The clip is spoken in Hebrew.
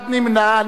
נמנע אחד.